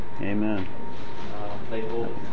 Amen